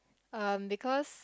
um because